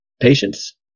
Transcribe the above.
Patience